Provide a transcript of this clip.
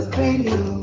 radio